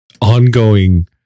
ongoing